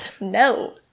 no